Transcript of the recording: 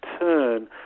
turn